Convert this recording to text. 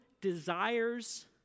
desires